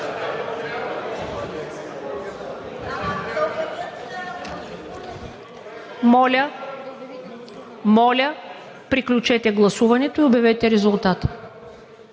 Моля, приключете гласуването и обявете резултата.